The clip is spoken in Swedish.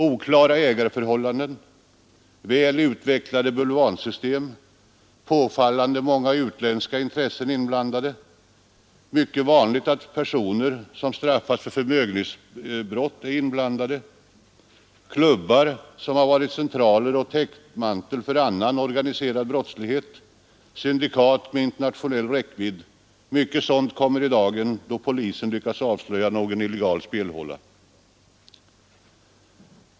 Oklara ägarförhållanden, väl utvecklade bulvansystem, påfallande många utländska intressen inblandade, mycket vanligt att personer som straffats för förmögenhetsbrott är inblandade, klubbar som varit centraler och täckmantel för annan organiserad" brottslighet, och syndikat med internationell räckvidd, mycket sådant kommer i dagen, då polisen lyckats avslöja någon illegal spelhåla.